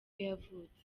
yavutse